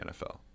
NFL